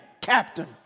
captain